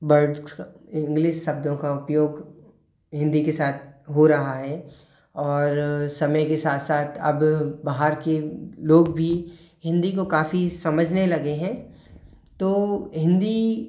words English शब्दों का उपयोग हिंदी के साथ हो रहा है और समय के साथ साथ अब बाहर के लोग भी हिंदी को काफ़ी समझने लगे हैं तो हिंदी